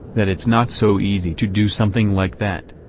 that it's not so easy to do something like that.